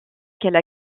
qu’elle